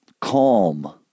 calm